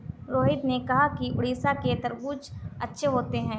रोहित ने कहा कि उड़ीसा के तरबूज़ अच्छे होते हैं